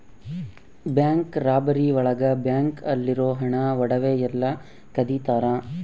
bank robbery ಒಳಗ bank ಅಲ್ಲಿರೋ ಹಣ ಒಡವೆ ಎಲ್ಲ ಕದಿತರ